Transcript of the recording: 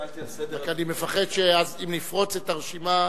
רק אני מפחד שאם נפרוץ את הרשימה,